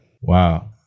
wow